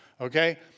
Okay